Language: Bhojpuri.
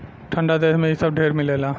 ठंडा देश मे इ सब ढेर मिलेला